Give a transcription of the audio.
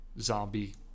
zombie